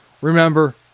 remember